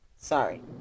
Sorry